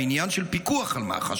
בעניין של פיקוח על מח"ש?